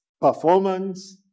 performance